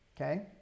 okay